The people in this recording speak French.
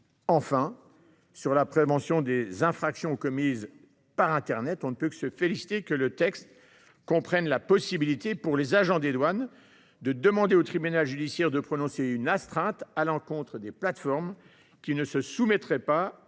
de la prévention des infractions commises par internet, on ne peut que se féliciter que le texte comprenne la possibilité, pour les agents des douanes, de demander au tribunal judiciaire de prononcer une astreinte à l’encontre des plateformes qui ne se soumettraient pas aux demandes